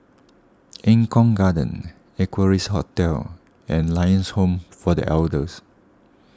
Eng Kong Garden Equarius Hotel and Lions Home for the Elders